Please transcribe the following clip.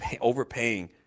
overpaying